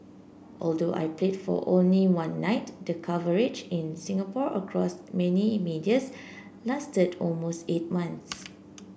although I played for only one night the coverage in Singapore across many medias lasted almost eight months